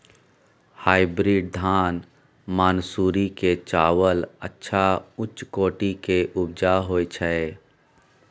Hybrid धान मानसुरी के चावल अच्छा उच्च कोटि के उपजा होय छै?